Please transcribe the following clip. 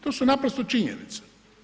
To su naprosto činjenice.